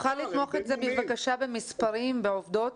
תוכל לתמוך את זה, בבקשה, במספרים, בעובדות?